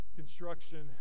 construction